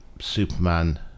superman